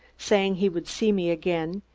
saying he would see me again,